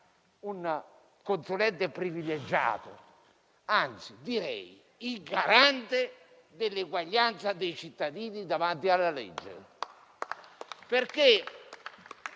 un consulente privilegiato, anzi direi il garante dell'eguaglianza dei cittadini davanti alla legge.